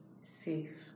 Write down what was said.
safe